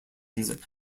seasons